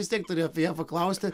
vis tiek turėjau apie ją paklausti